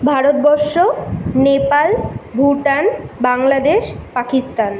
Bharatvarsha Nepal Bhutan Bangladesh Pakistan